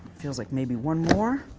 feels like maybe one more.